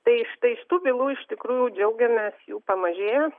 tai štai iš tų bylų iš tikrųjų džiaugiamės jų pamažėjo